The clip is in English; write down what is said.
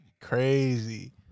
Crazy